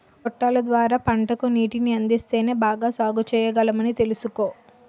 గొట్టాల ద్వార పంటకు నీటిని అందిస్తేనే బాగా సాగుచెయ్యగలమని తెలుసుకో